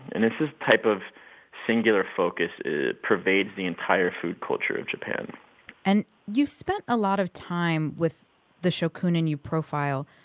and it's this type of singular focus. it pervades the entire food culture of japan and you spent a lot of time with the shokunin you profile.